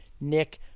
Nick